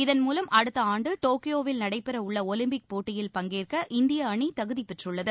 இதன்மூலம் அடுத்த ஆண்டு டோக்கியோவில் நடைபெற உள்ள ஒலிம்பிக் போட்டியில் பங்கேற்க இந்திய அணி தகுதி பெற்றுள்ளது